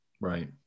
right